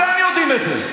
אתם יודעים את זה.